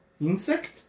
insect